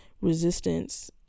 resistance